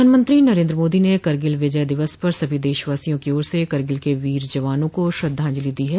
प्रधानमंत्री नरेन्द्र मोदी ने करगिल विजय दिवस पर सभी देशवासियों की ओर से करगिल के वीर जवानों को श्रद्वांजलि दी है